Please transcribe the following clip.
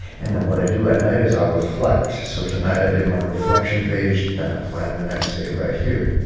and then what i do at night is i reflect so tonight i did my reflection page, then i ah plan the next day right here.